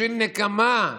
בשביל נקמה.